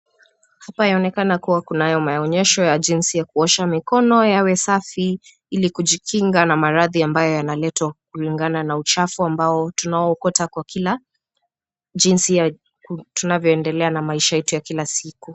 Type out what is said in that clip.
Hapa yaonekana kuwa kunayo maonyesho ya jinsi ya kuosha mikono yawe safi ili kujikinga na maradhi ambayo yanaletwa kulingana na uchafu ambao tunaokota na kwa kila jinsi tunavyoendelea na maisha yetu ya kila siku.